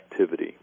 activity